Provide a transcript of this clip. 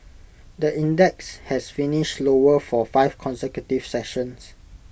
the index has finished lower for five consecutive sessions